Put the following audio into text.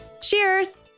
Cheers